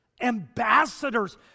ambassadors